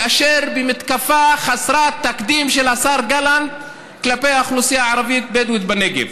במתקפה חסרת תקדים של השר גלנט כלפי האוכלוסייה הערבית בדואית בנגב,